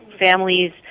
families